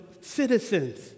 citizens